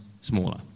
smaller